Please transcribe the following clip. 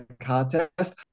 contest